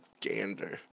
gander